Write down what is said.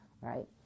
right